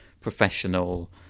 professional